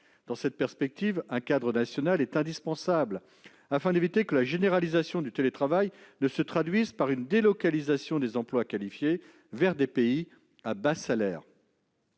Dans cette perspective, un cadre national est indispensable afin d'éviter que la généralisation du télétravail ne se traduise par une délocalisation des emplois qualifiés vers des pays à bas salaires.